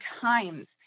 times